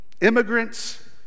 immigrants